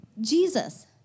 Jesus